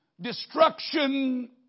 destruction